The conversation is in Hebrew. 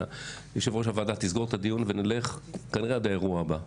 יושבת-ראש הוועדה תסגור את הדיון ונלך כנראה עד האירוע הבא.